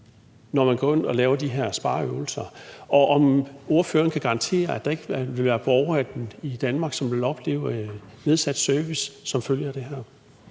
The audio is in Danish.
når man går ind og laver de her spareøvelser, og om ordføreren kan garantere, at der ikke vil være borgere i Danmark, som vil opleve nedsat service som følge af det her.